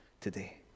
today